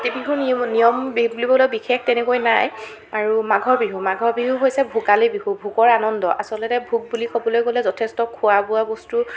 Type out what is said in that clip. কাতি বিহুৰ নিয় নিয়ম বুলিবলৈ বিশেষ তেনেকৈ নাই আৰু মাঘৰ বিহু মাঘৰ বিহু হৈছে ভোগালী বিহু ভোগৰ আনন্দ আচলতে ভোগ বুলি ক'বলৈ গ'লে যথেষ্ট খোৱা বোৱা বস্তু